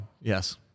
Yes